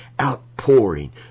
outpouring